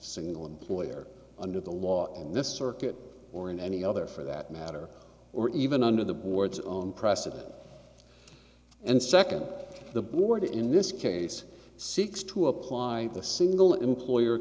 single employer under the law in this circuit or in any other for that matter or even under the board's own precedent and second the board in this case seeks to apply the single employer